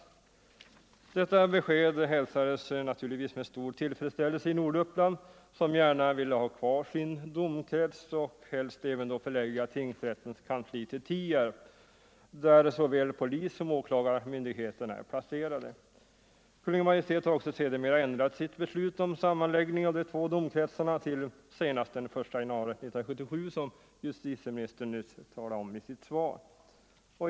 Detta besked hälsades naturligtvis med stor tillfredsställelse i Norduppland, där man gärna ville ha kvar sin domkrets och helst även då förlägga tingsrättens kansli till Tierp, där såväl polissom åklagarmyndigheterna är placerade. Kungl. Maj:t har också sedermera ändrat sitt beslut om sammanläggning av de två domkretsarna till senast den 1 januari 1977, som justitieministern nyss talade om i svaret.